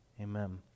amen